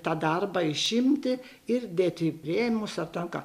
tą darbą išimti ir dėti rėmus ar ten ką